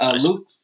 Luke